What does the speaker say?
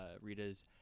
Rita's